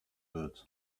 wird